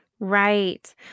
Right